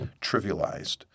trivialized